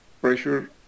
pressure